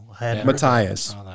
Matthias